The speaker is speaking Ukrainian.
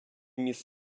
міс